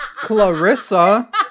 Clarissa